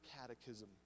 Catechism